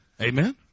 Amen